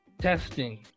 Testing